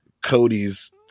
Cody's